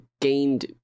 gained